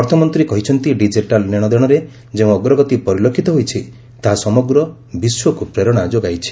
ଅର୍ଥମନ୍ତ୍ରୀ କହିଛନ୍ତି ଡିଜିଟାଲ ନେଶଦେଶରେ ଯେଉଁ ଅଗ୍ରଗତି ପରିଲକ୍ଷିତ ହୋଇଛି ତାହା ସମଗ୍ର ବିଶ୍ୱକୁ ପ୍ରେରଣା ଯୋଗାଇଛି